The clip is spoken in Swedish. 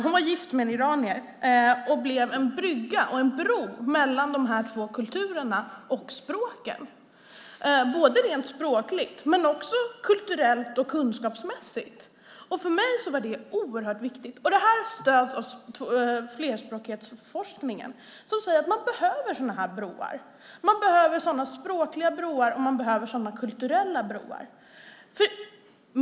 Hon var gift med en iranier och blev en brygga och en bro mellan de här två kulturerna och språken - det gällde rent språkligt men också kulturellt och kunskapsmässigt. För mig var det oerhört viktigt. Och det här stöds av flerspråkighetsforskningen, som säger att man behöver sådana här broar. Man behöver sådana språkliga broar, och man behöver sådana kulturella broar.